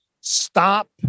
stop